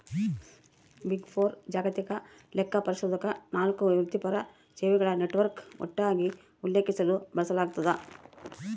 big four ಜಾಗತಿಕ ಲೆಕ್ಕಪರಿಶೋಧಕ ನಾಲ್ಕು ವೃತ್ತಿಪರ ಸೇವೆಗಳ ನೆಟ್ವರ್ಕ್ ಒಟ್ಟಾಗಿ ಉಲ್ಲೇಖಿಸಲು ಬಳಸಲಾಗ್ತದ